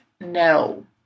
No